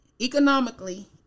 economically